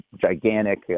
gigantic